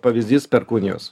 pavyzdys perkūnijos